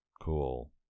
Cool